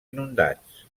inundats